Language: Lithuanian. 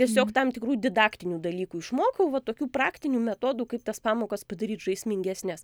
tiesiog tam tikrų didaktinių dalykų išmokau va tokių praktinių metodų kaip tas pamokas padaryt žaismingesnes